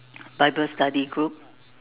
bible study group